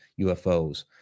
UFOs